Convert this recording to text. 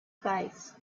face